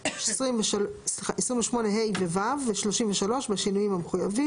עצמית, שתוכנית בטיחות